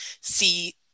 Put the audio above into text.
see